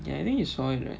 ya and think it's fine right